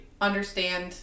understand